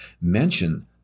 mention